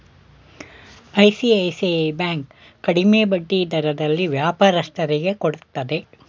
ICICI bank ಕಡಿಮೆ ಬಡ್ಡಿ ದರದಲ್ಲಿ ವ್ಯಾಪಾರಸ್ಥರಿಗೆ ಕೊಡುತ್ತದೆ